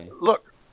Look